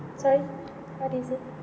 sorry what is it